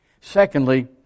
Secondly